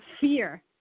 fear